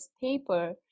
paper